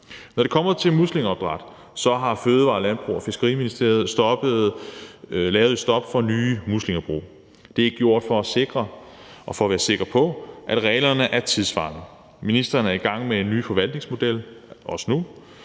Når det kommer til muslingeopdræt, har Ministeriet for Fødevarer, Landbrug og Fiskeri lavet et stop for nye muslingebrug. Det er gjort for at være sikker på, at reglerne er tidssvarende. Ministeren er i gang med en ny forvaltningsmodel, også nu,